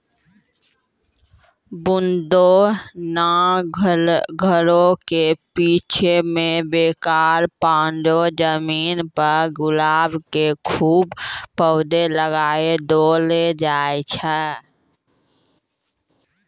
बंटू नॅ घरो के पीछूं मॅ बेकार पड़लो जमीन पर गुलाब के खूब पौधा लगाय देलकै